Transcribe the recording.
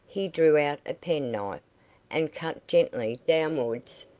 he drew out a penknife, and cut gently downwards,